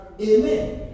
Amen